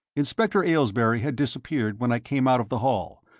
inspector aylesbury had disappeared when i came out of the hall,